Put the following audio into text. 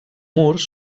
murs